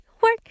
Work